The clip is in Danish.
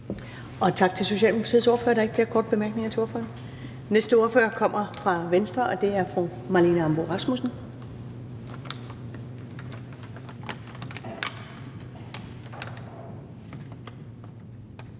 Tak til Socialdemokratiets ordfører. Der er ikke flere korte bemærkninger til ordføreren. Den næste ordfører kommer fra Venstre, og det er fru Marlene Ambo-Rasmussen.